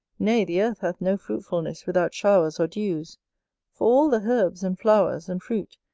nay, the earth hath no fruitfulness without showers or dews for all the herbs, and flowers, and fruit,